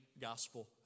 gospel